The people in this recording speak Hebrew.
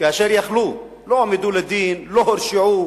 לא הועמדו לדין, לא הורשעו,